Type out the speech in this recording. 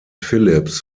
philips